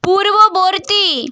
পূর্ববর্তী